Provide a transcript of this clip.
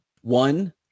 One